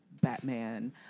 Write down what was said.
Batman